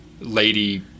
lady